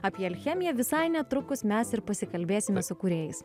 apie alchemiją visai netrukus mes ir pasikalbėsime su kūrėjais